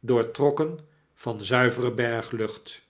doortrokken van zuivere berglucht